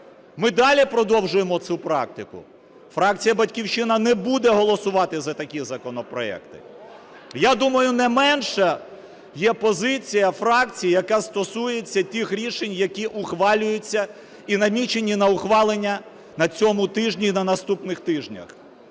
Ми далі продовжуємо цю практику? Фракція "Батьківщина" не буде голосувати за такі законопроекти. Я думаю, не менша є позиція фракції, яка стосується тих рішень, які ухвалюються і намічені на ухвалення на цьому тижні і на наступних тижнях.